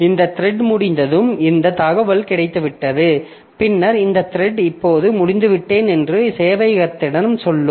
இந்த த்ரெட் முடிந்ததும் இந்த தகவல் கிடைத்துவிட்டது பின்னர் இந்த த்ரெட் இப்போது முடிந்துவிட்டேன் என்று சேவையகத்திடம் சொல்லும்